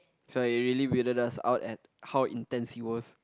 so it really weirded us out at how intense he was